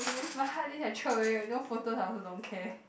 my hard disk I throw away no photos I also don't care